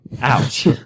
Ouch